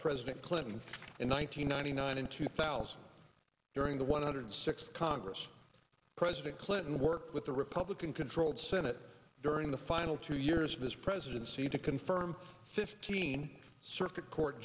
president clinton in one nine hundred ninety nine in two thousand during the one hundred sixth congress president clinton worked with the republican controlled senate during the final two years of his presidency to confirm fifteen circuit court